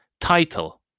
Title